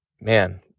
man